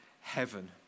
heaven